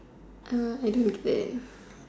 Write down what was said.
er I do